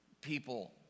people